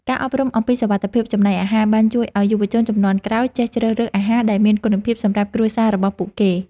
ការអប់រំអំពីសុវត្ថិភាពចំណីអាហារបានជួយឱ្យយុវជនជំនាន់ក្រោយចេះជ្រើសរើសអាហារដែលមានគុណភាពសម្រាប់គ្រួសាររបស់ពួកគេ។